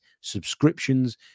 subscriptions